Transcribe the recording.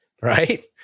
right